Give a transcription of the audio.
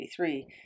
1993